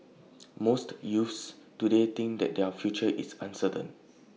most youths today think that their future is uncertain